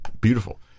beautiful